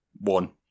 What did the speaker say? one